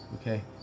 Okay